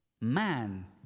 man